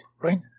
right